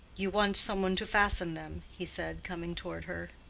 you want some one to fasten them, he said, coming toward her.